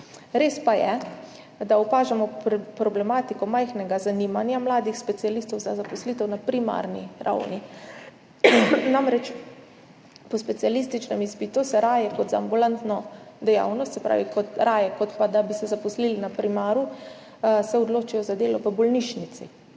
Res pa je, da opažamo problematiko majhnega zanimanja mladih specialistov za zaposlitev na primarni ravni. Namreč, po specialističnem izpitu se raje kot za ambulantno dejavnost, se pravi raje, kot pa da bi se zaposlili na primaru, odločijo za delo v bolnišnici.